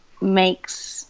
makes